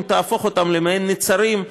אם תהפוך אותם למעין נצרים,